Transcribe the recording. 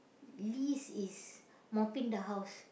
least is mopping the house